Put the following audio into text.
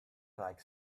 like